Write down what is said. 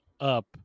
up